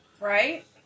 Right